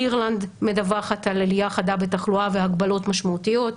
אירלנד מדווחת על עלייה חדה בתחלואה והגבלות משמעותיות,